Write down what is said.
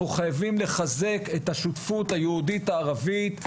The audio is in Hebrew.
חייבים לחזק את השותפות היהודית ערבית,